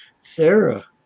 Sarah